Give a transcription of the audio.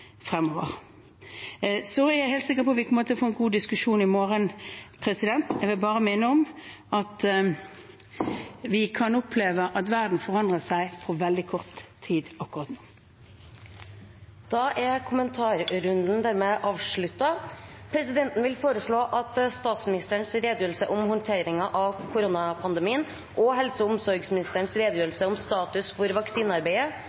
fremover. Så er jeg helt sikker på at vi kommer til å få en god diskusjon i morgen. Jeg vil bare minne om at vi kan oppleve at verden forandrer seg på veldig kort tid akkurat nå. Da er kommentarrunden avsluttet. Presidenten vil foreslå at statsministerens redegjørelse om håndteringen av koronapandemien og helse- og omsorgsministerens